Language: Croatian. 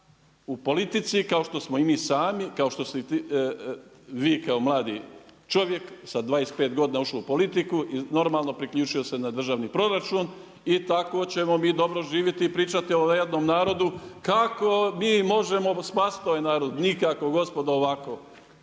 u politici kao što smo i mi sami, kao što ste i vi kao mladi čovjek sa 25 godina ušao u politiku, i normalno priključio se na državni proračun i tako ćemo mi dobro živjeti i pričati o jednom narodu kako mi možemo spasiti ovaj narod. Nikako gospodo ovako.